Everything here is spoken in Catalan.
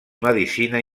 medicina